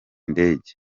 ndege